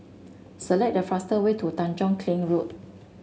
select the fast way to Tanjong Kling Road